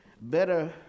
Better